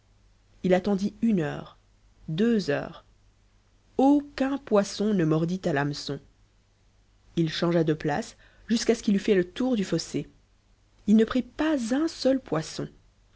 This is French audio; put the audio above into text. il attendit une heure deux heures aucun poisson ne mordit à l'hameçon il changea de place jusqu'à ce qu'il eut fait le tour du fossé il ne prit pas un seul poisson